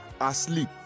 asleep